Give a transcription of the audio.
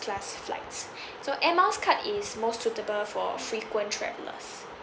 class flights so air miles card is more suitable for frequent travellers